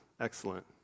Excellent